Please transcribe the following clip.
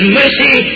mercy